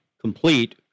Complete